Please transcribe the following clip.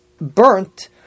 burnt